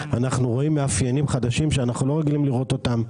אנחנו רואים מאפיינים חדשים שאנחנו לא רגילים לראות אותם,